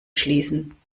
schließen